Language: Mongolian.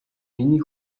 миний